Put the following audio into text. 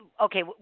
okay